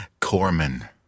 Corman